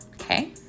okay